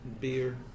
beer